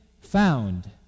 found